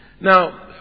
Now